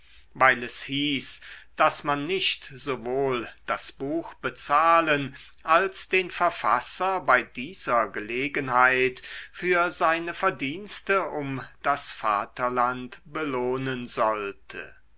weil es hieß daß man nicht sowohl das buch bezahlen als den verfasser bei dieser gelegenheit für seine verdienste um das vaterland belohnen sollte